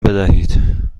بدهید